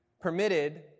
permitted